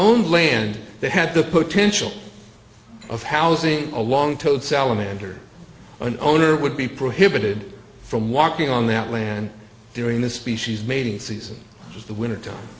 own land they had the potential of housing along told salamander an owner would be prohibited from walking on that land during the species mating season as the wintertime